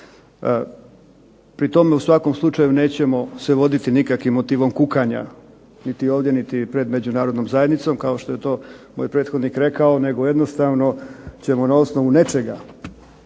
Pri tome u svakom slučaju nećemo se voditi nikakvim motivom kukanja niti ovdje niti pred Međunarodnom zajednicom kao što je to moj prethodnik rekao, nego jednostavno ćemo na osnovu nečega